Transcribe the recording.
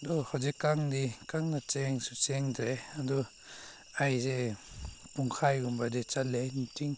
ꯑꯗꯨ ꯍꯧꯖꯤꯛꯀꯥꯟꯗꯤ ꯀꯟꯅ ꯆꯦꯟꯁꯨ ꯆꯦꯟꯗ꯭ꯔꯦ ꯑꯗꯣ ꯑꯩꯁꯦ ꯄꯨꯡꯈꯥꯏꯒꯨꯝꯕꯗꯤ ꯆꯠꯂꯦ ꯅꯨꯡꯇꯤ